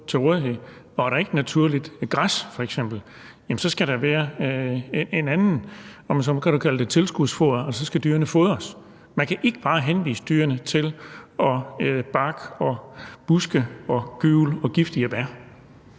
Og er der ikke f.eks. naturligt græs, skal der være et andet, som du så kan kalde for tilskudsfoder, og så skal dyrene fodres. Man kan ikke bare henvise dyrene til at spise bark og buske og gyvel og giftige bær.